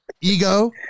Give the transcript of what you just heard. Ego